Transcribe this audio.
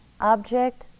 object